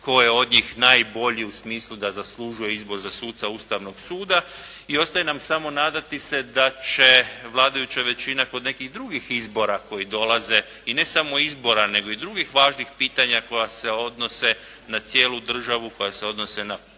tko je od njih najbolji u smislu da zaslužuje izbor za suca Ustavnog suda. I ostaje nam samo nadati se da će vladajuća većina kod nekih drugih izbora koji dolaze i ne samo izbora, nego i drugih važnih pitanja koja se odnose na cijelu državu, koja se odnose na